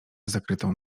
zakrytą